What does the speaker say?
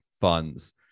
funds